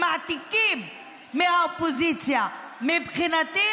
שמעתיקים מהאופוזיציה; מבחינתי,